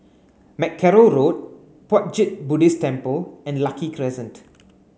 Mackerrow Road Puat Jit Buddhist Temple and Lucky Crescent